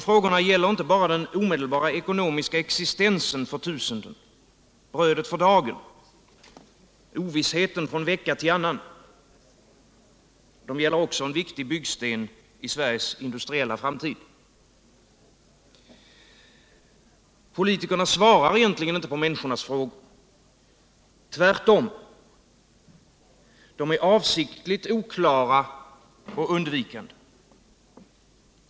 Frågorna gäller inte bara den omedelbara ekonomiska existensen för tusenden, brödet för dagen, ovissheten från vecka till annan. De gäller också en viktig byggsten i Sveriges industriella framtid. Politikerna svarar egentligen inte på människornas frågor. Tvärtom är de avsiktligt oklara och undvikande.